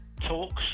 talks